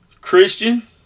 Christian